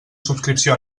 subscripció